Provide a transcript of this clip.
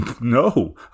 No